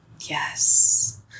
Yes